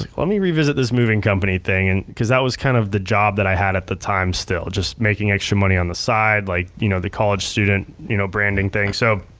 let me revisit this moving company thing. and cause that was kind of the job i had at the time still just making extra money on the side, like you know the college student you know branding thing. so,